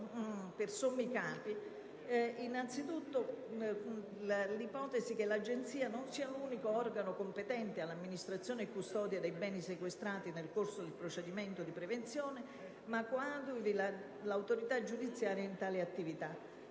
per sommi capi. Innanzitutto, l'ipotesi che l'Agenzia nazionale non sia l'unico organo competente all'amministrazione e custodia dei beni sequestrati nel corso del procedimento di prevenzione, ma che coadiuvi l'autorità giudiziaria in tale attività.